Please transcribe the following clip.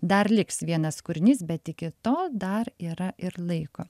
dar liks vienas kūrinys bet iki tol dar yra ir laiko